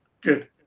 Good